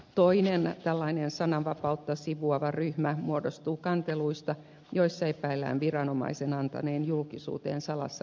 toinen sananvapautta sivuava ryhmä muodostuu kanteluista joissa epäillään viranomaisen antaneen julkisuuteen salassa pidettäviä tietoja